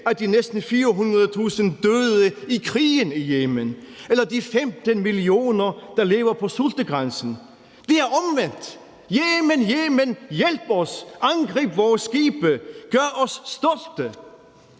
af de næsten 400.000 døde i krigen i Yemen eller de 15 millioner, der lever på sultegrænsen. Det er omvendt. »Yemen, Yemen, hjælp os, angrib vore skibe, gør os stolte«.